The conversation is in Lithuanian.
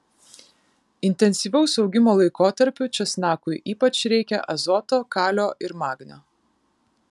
intensyvaus augimo laikotarpiu česnakui ypač reikia azoto kalio ir magnio